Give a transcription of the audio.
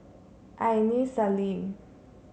Aini Salim